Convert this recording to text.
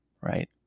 right